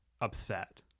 upset